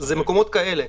זה מקומות כאלה.